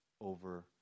over